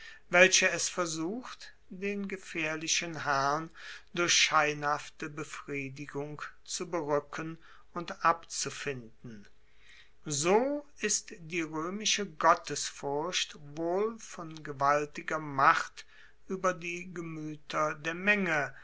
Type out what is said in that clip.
welche es versucht den gefaehrlichen herrn durch scheinhafte befriedigung zu beruecken und abzufinden so ist die roemische gottesfurcht wohl von gewaltiger macht ueber die gemueter der menge